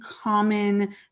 common